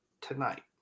tonight